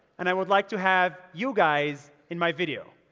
and i would like to have you guys in my video.